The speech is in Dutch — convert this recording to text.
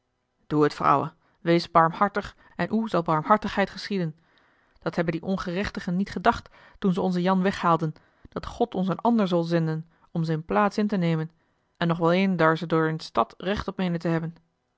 doe het vrouwe wees barmhartig en oe zal barmhartigheid geschieden dat hebben die ongerechtigen niet gedacht toen ze onzen jan weghaalden dat god ons een ander zol zenden om zien plaatse in te nêmen en nog wel een daor ze daor in de stad recht op meênen te hebben